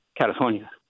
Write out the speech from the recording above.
California